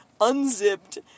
unzipped